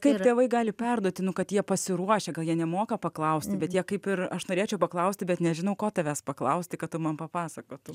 kaip tėvai gali perduoti nu kad jie pasiruošę gal jie nemoka paklausti bet jie kaip ir aš norėčiau paklausti bet nežinau ko tavęs paklausti kad tu man papasakotum